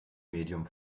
medium